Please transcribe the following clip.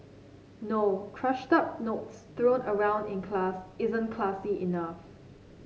no crushed up notes thrown around in class isn't classy enough